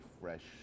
fresh